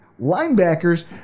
Linebackers